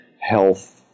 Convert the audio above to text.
health